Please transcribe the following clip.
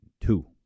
two